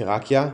תראקיה ופירוט.